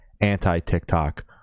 anti-tiktok